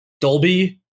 Dolby